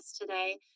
today